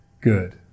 good